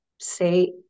say